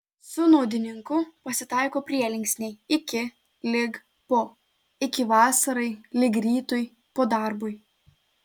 su naudininku pasitaiko prielinksniai iki lig po iki vasarai lig rytui po darbui